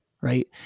right